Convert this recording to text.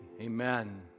amen